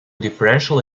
differential